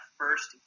first